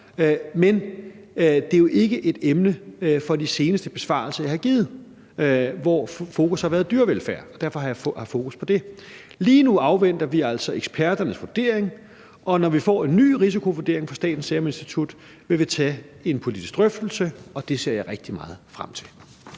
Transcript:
Men det er jo ikke et emne for de seneste besvarelser, jeg har givet, hvor fokus har været dyrevelfærd. Derfor har jeg haft fokus på det. Lige nu afventer vi altså eksperternes vurdering, og når vi får en ny risikovurdering fra Statens Serum Institut, vil vi tage en politisk drøftelse, og det ser jeg rigtig meget frem til.